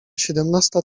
siedemnasta